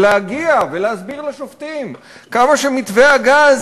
להגיע ולהסביר לשופטים כמה מתווה הגז